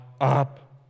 up